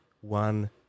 one